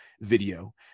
video